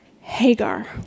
Hagar